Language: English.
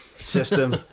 system